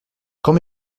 quand